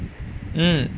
mm